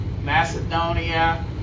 Macedonia